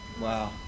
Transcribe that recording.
Wow